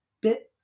bit